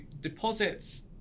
deposits